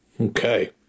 Okay